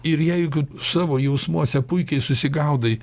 ir jeigu savo jausmuose puikiai susigaudai